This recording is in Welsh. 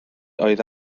oedd